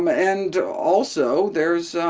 um ah and also there's,